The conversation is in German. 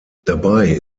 dabei